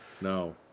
No